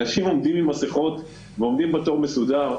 אנשים עומדים עם מסכות ועומדים בתור באופן מסודר,